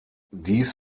dies